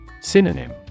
Synonym